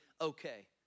okay